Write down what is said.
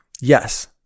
Yes